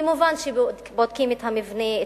במובן זה שבודקים את המבנה,